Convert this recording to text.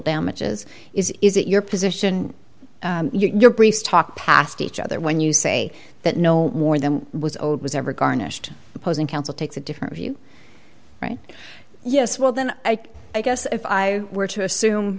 damages is is it your position your priest talk past each other when you say that no more than was owed was ever garnished opposing counsel takes a different view right yes well then i guess if i were to assume